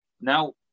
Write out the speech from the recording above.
now